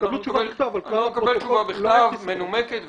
תקבלו תשובה בכתב אבל -- אנחנו נקבל תשובה בכתב מנומקת ומוסברת.